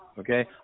okay